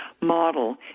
model